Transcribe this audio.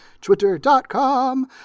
Twitter.com